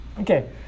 Okay